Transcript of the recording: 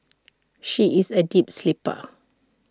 she is A deep sleeper